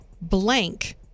Blank